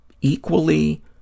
equally